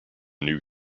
new